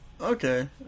Okay